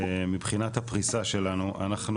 מבחינת הפריסה שלנו,